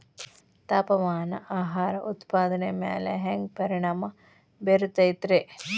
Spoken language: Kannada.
ತಾಪಮಾನ ಆಹಾರ ಉತ್ಪಾದನೆಯ ಮ್ಯಾಲೆ ಹ್ಯಾಂಗ ಪರಿಣಾಮ ಬೇರುತೈತ ರೇ?